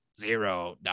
Zero